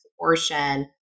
abortion